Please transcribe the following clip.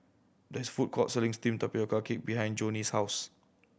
there is a food court selling steamed tapioca cake behind Jonnie's house